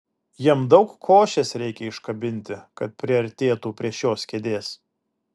jam daug košės reikia iškabinti kad priartėtų prie šios kėdės